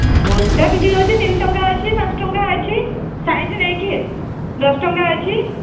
ଗୋଟା ବିକ୍ରି ହେଉଛି ତିନିଟଙ୍କା ଅଛି ପାଞ୍ଚ ଟଙ୍କା ଅଛି ସାଇଜ୍ ନେଇକି ଆଉ ଦଶଟଙ୍କା ଅଛି